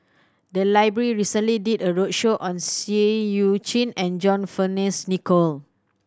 the library recently did a roadshow on Seah Eu Chin and John Fearns Nicoll